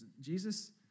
Jesus